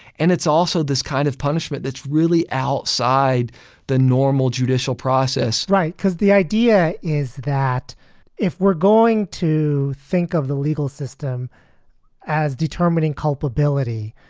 and it's also this kind of punishment that's really outside the normal judicial process. right because the idea is that if we're going to think of the legal system as determining culpability,